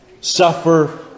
Suffer